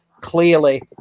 Clearly